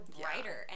brighter